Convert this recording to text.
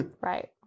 Right